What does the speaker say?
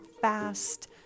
fast